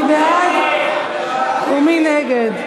מי בעד ומי נגד?